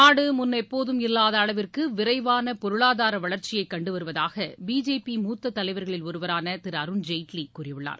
நாடு முன்னெப்போதும் இல்லாத அளவுக்கு விரைவான பொருளாதார வளர்ச்சியைக் கண்டு வருவதாக பிஜேபி மூத்த தலைவர்களில் ஒருவரான திரு அருண்ஜேட்லி கூறியுள்ளார்